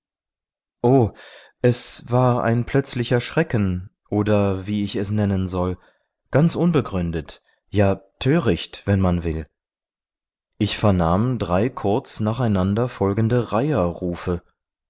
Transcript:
es war ein plötzlicher schrecken oder wie ich es nennen soll ganz unbegründet ja töricht wenn man will ich vernahm drei kurz nacheinander folgende